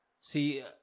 See